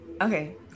okay